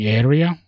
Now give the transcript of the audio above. area